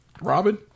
Robin